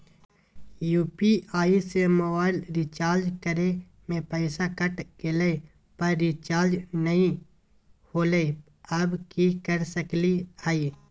UPI से mobile recharge करे में पैसा कट गेलई, पर रिचार्ज नई होलई, अब की कर सकली हई?